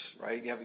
right